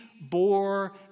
bore